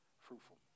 fruitful